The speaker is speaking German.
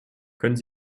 können